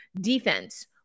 defense